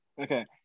okay